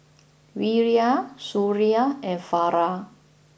Wira Suria and Farah